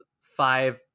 five